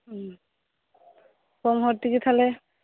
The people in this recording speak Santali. ᱦᱮᱸ ᱠᱚᱢ ᱦᱚᱲ ᱛᱮᱜᱤ ᱛᱟᱦᱚᱞᱮ